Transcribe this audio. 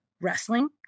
Wrestling